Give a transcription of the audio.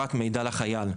העברת מידע לחייל,